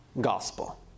Gospel